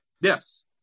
Yes